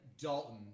Dalton